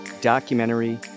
documentary